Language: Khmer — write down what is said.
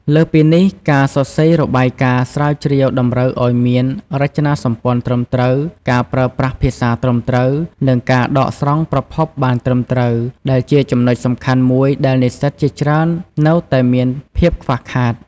លើសពីនេះ ការសរសេររបាយការណ៍ស្រាវជ្រាវតម្រូវឱ្យមានរចនាសម្ព័ន្ធត្រឹមត្រូវ ការប្រើប្រាស់ភាសាត្រឹមត្រូវ និងការដកស្រង់ប្រភពបានត្រឹមត្រូវ ដែលជាចំណុចសំខាន់មួយដែលនិស្សិតជាច្រើននៅតែមានភាពខ្វះខាត។